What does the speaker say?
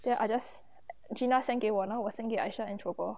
then I just gina send 给我然后我 send 给 aisah and kor kor